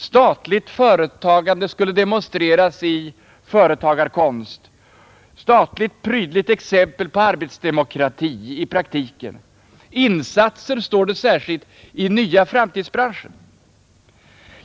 Statligt företagande skulle demonstreras i företagarkonst, ett prydligt statligt exempel på arbetsdemokrati i praktiken och — står det särskilt angivet — i insatser i nya framtidsbranscher.